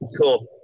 Cool